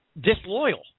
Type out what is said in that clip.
disloyal